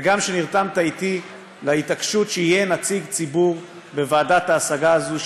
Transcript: וגם שנרתמת אתי להתעקשות שיהיה נציג ציבור בוועדת ההשגה הזאת,